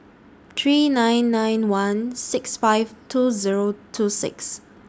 three nine nine one six five two Zero two six